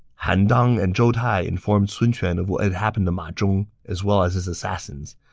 han dang and zhou tai informed sun quan of what happened to ma zhong, as well as his assassins.